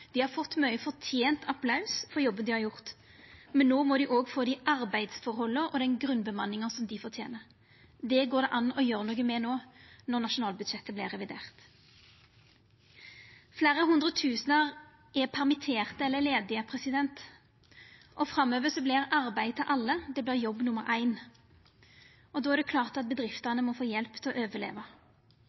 har fått mykje fortent applaus for jobben dei har gjort, men no må dei òg få dei arbeidsforholda og den grunnbemanninga dei fortener. Det går det an å gjera noko med no når nasjonalbudsjettet vert revidert. Fleire hundre tusen er permitterte eller ledige, og framover vert arbeid til alle jobb nummer éin. Då er det klart at bedriftene må få hjelp til å overleva.